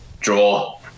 draw